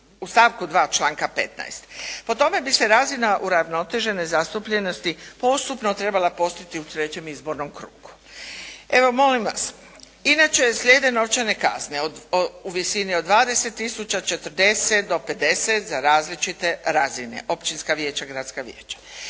u stavku 2. članka 15. Po tome bi se razina uravnotežene zastupljenosti postupno trebala postići u trećem izbornom krugu. Evo, molim vas, inače slijede novčane kazne u visini od 20 tisuća, 40 do 50 za različite razine, općinska vijeća, gradska vijeća.